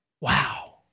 Wow